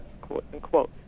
quote-unquote